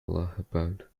allahabad